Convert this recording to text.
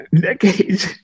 decades